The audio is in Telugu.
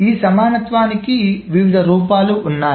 ఈ సమానత్వానికి వివిధ రూపాలు ఉన్నాయి